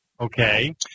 Okay